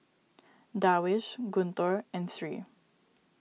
Darwish Guntur and Sri